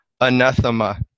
anathema